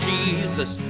Jesus